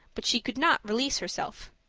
but she could not release herself.